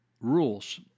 rules